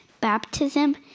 Baptism